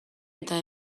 eta